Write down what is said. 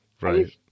Right